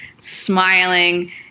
smiling